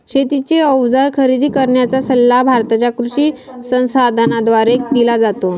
शेतीचे अवजार खरेदी करण्याचा सल्ला भारताच्या कृषी संसाधनाद्वारे दिला जातो